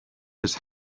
his